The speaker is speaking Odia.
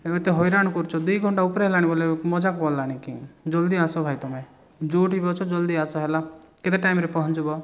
ଏବେ ତ ହଇରାଣ କରୁଛ ଦୁଇ ଘଣ୍ଟା ଉପରେ ହେଲାଣି ବୋଲି ମଜାକ୍ ବୋଲଲାଣିକି ଜଲ୍ଦି ଆସ ଭାଇ ତମେ ଯେଉଁଠି ବି ଅଛ ଜଲ୍ଦି ଆସ ହେଲା କେତେ ଟାଇମ୍ରେ ପହଞ୍ଚିବ